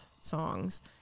songs